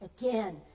Again